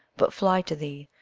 but fly to thee,